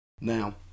now